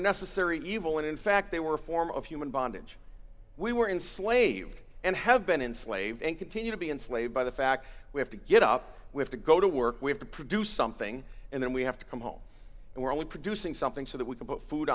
a necessary evil when in fact they were a form of human bondage we were enslaved and have been enslaved and continue to be enslaved by the fact we have to get up we have to go to work we have to produce something and then we have to come home and we're only producing something so that we can put food